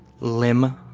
limb